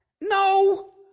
No